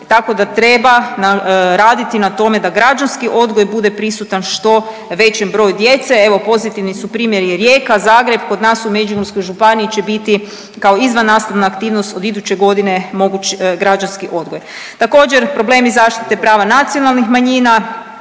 tako da treba raditi na tome da građanski odgoj bude prisutan što većem broju djece, evo pozitivni su primjeri Rijeka, Zagreb, kod nas u Međimurskoj županiji će biti kao izvannastavna aktivnost od iduće godine moguć građanski odgoj. Također problemi zaštite prava nacionalnih manjina,